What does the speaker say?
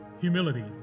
humility